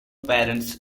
parents